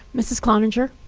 mrs. cloninger.